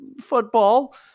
football